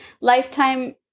Lifetime